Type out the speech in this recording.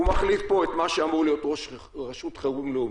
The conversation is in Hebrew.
הוא מחליף פה את מה שאמור להיות ראש רשות חירום לאומית,